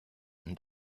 and